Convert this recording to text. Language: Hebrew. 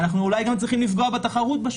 ואולי גם צריכים לפגוע בתחרות בשוק.